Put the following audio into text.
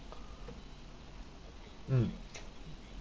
mm